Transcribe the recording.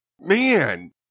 man